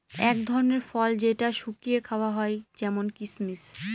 এক ধরনের ফল যেটা শুকিয়ে খাওয়া হয় যেমন কিসমিস